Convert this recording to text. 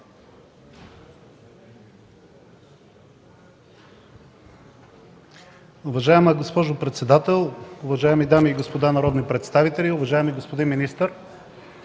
Уважаема госпожо председател, уважаеми дами и господа народни представители, уважаеми господин Петков!